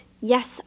Yes